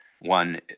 One